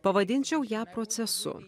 pavadinčiau ją procesu